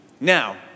Now